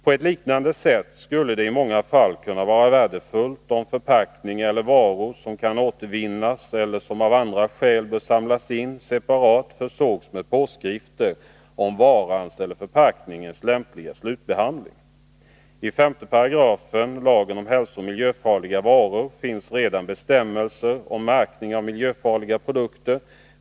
På ett liknande sätt skulle det i många fall kunna vara värdefullt om förpackningar eller varor som kan återvinnas eller som av andra skäl bör samlas in separat försågs med påskrift om varans eller förpackningens lämpliga slutbehandling. 15 § lagen om hälsooch miljöfarliga varor finns redan bestämmelser om märkning av miljöfarliga produkter.